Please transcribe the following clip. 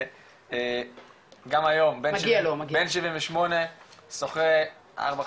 גם היום בן 78 שוחה ארבע,